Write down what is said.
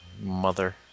Mother